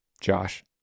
Josh